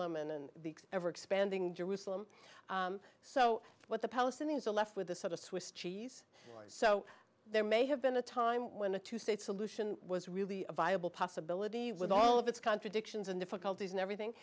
in an ever expanding jerusalem so what the palestinians are left with a sort of swiss cheese so there may have been a time when a two state solution was really a viable possibility with all of its contradictions and difficulties and everything